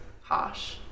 harsh